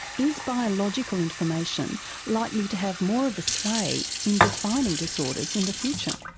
is biological information likely to have more of a sway in defining disorders in the future?